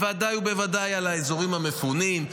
בוודאי ובוודאי על האזורים המפונים,